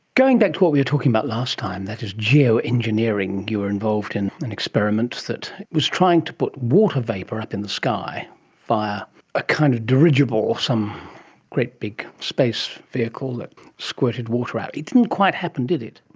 going back to what we were talking about last time, that is geo-engineering, you were involved in an experiment that was trying to put water vapour up in the sky via a kind of dirigible or some great big space vehicle that squirted water out. it didn't quite happen, did it.